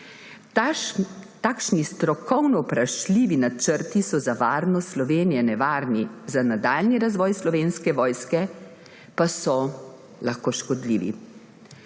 Takšni, strokovno vprašljivi načrti so za varnost Slovenije nevarni, za nadaljnji razvoj Slovenske vojske pa so lahko škodljivi.